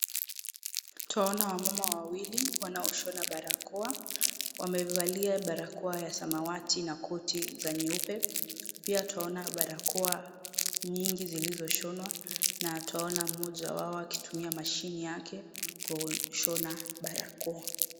Utaona wamama wawili wanaoshona barakoa. Wamevalia barakoa ya samawati na koti za nyeupe. Pia utaona barakoa nyingi zilizoshonwa na utaona mmoja wao akitumia mashine yake kushona barakoa.